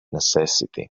necessity